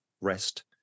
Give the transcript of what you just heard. rest